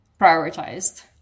prioritized